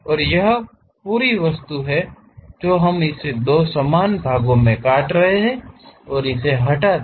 और यहाँ पूरी वस्तु हम इसे दो समान भागों में काट रहे हैं और इसे हटा दें